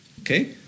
Okay